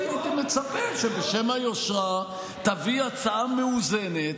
הייתי מצפה שבשם היושרה תביא הצעה מאוזנת.